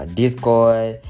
discord